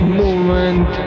movement